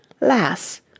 Lass